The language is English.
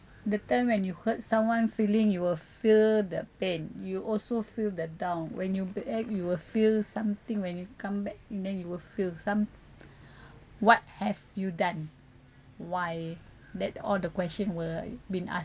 the time when you hurt someone feeling you will feel the pain you will also feel the down when you act you will feel something when you come back and then you will feel some what have you done why that all the question will been asked